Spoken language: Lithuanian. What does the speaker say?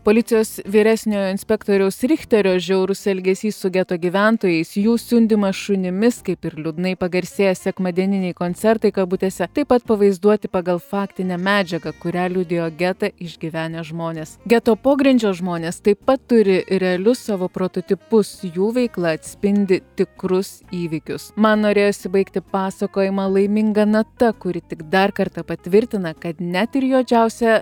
policijos vyresniojo inspektoriaus richterio žiaurus elgesys su geto gyventojais jų siundymas šunimis kaip ir liūdnai pagarsėję sekmadieniniai koncertai kabutėse taip pat pavaizduoti pagal faktinę medžiagą kurią liudijo getą išgyvenę žmonės geto pogrindžio žmonės taip pat turi realius savo prototipus jų veikla atspindi tikrus įvykius man norėjosi baigti pasakojimą laiminga nata kuri tik dar kartą patvirtina kad net ir juodžiausią